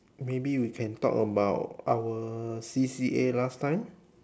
maybe you can talk about our C_C_A last time